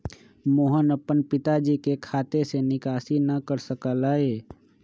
मोहन अपन पिताजी के खाते से निकासी न कर सक लय